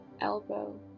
elbow